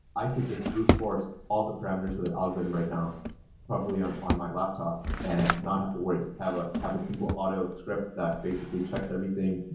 i could just brute force all the parameters for the algorithm right now probably on on my laptop and not have to worry, just have a have a simple auto-script that basically checks everything,